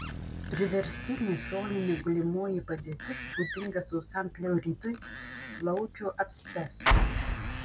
priverstinė šoninė gulimoji padėtis būdinga sausam pleuritui plaučių abscesui